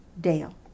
Dale